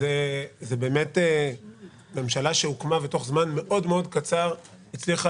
זו ממשלה שהוקמה ותוך זמן קצר מאוד הצליחה